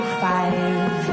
five